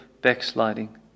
backsliding